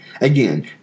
Again